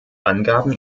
angaben